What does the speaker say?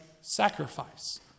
sacrifice